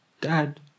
Dad